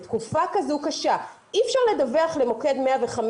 בתקופה כזו קשה אי אפשר לדווח למוקד 105,